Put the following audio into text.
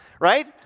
right